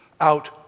out